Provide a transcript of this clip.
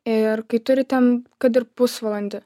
ir kai turit ten kad ir pusvalandį